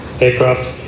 aircraft